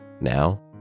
Now